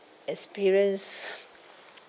experience